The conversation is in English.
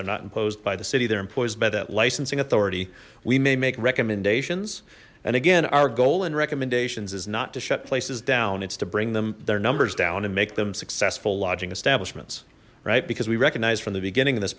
they're not imposed by the city they're employees that licensing authority we may make recommendations and again our goal and recommendations is not to shut places down it's to bring them their numbers down and make them successful lodging establishments right because we recognize from the beginning of this